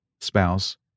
spouse